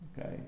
Okay